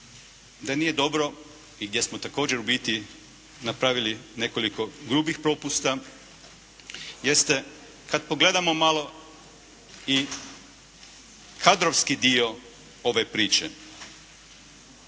da nije dobro i gdje smo također u biti napravili nekoliko grubih propusta jeste kad pogledamo malo i kadrovski dio ove priče.